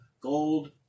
Gold